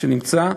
שנמצא.